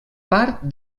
part